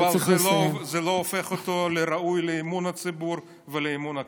אבל זה לא הופך אותו לראוי לאמון הציבור ולאמון הכנסת.